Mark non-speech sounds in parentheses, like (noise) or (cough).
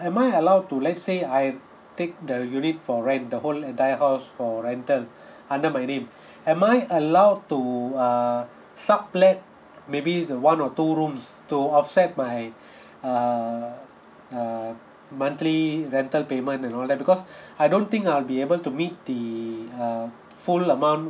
am I allowed to let say I take the unit for rent the whole entire house for rental under my name am I allowed to uh sublet maybe the one or two rooms to offset my (breath) uh uh monthly rental payment and all that because (breath) I don't think I'll be able to meet the uh full amount